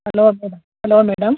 hello madam hello madam